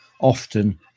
often